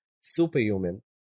superhuman